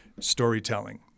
Storytelling